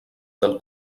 del